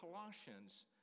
Colossians